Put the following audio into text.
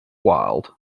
wild